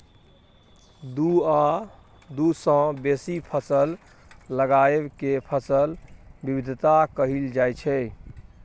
दु आ दु सँ बेसी फसल लगाएब केँ फसल बिबिधता कहल जाइ छै